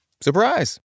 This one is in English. surprise